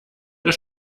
des